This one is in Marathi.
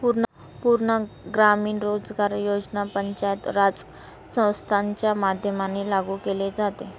पूर्ण ग्रामीण रोजगार योजना पंचायत राज संस्थांच्या माध्यमाने लागू केले गेले